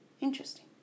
Interesting